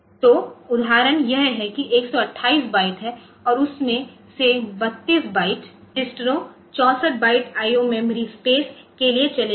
तो उदाहरण यह है 128 बाइट है और उसमें से 32 बाइट्स रजिस्टरों 64 bytes I O memory space के लिए चले गए हैं